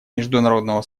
международного